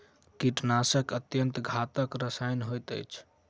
कीड़ीनाशक अत्यन्त घातक रसायन होइत अछि